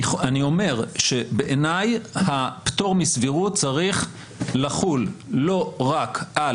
אני אומר שבעיניי הפטור מסבירות צריך לחול לא רק על